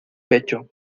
pecho